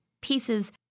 pieces